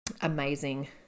amazing